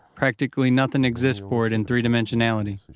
practically nothing exists for it in three-dimensionality.